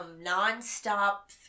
non-stop